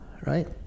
right